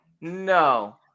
no